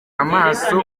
amaso